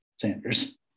Sanders